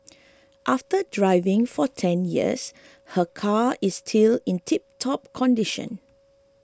after driving for ten years her car is still in tiptop condition